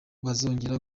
bazongera